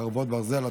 חרבות ברזל),